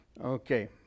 Okay